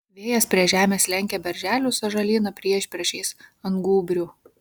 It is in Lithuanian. vėjas prie žemės lenkia berželių sąžalyną priešpriešiais ant gūbrių